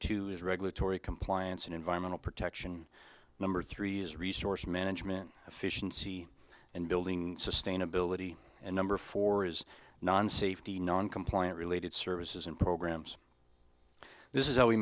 two is regulatory compliance and environmental protection number three is resource management efficiency and building sustainability and number four is non safety non compliant related services and programs this is how we